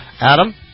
Adam